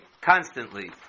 constantly